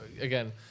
Again